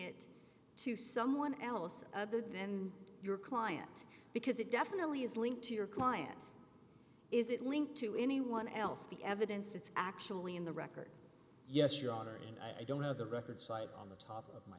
it to someone else other than your client because it definitely is linked to your client is it linked to anyone else the evidence it's actually in the record yes your honor and i don't have the record site on the top of my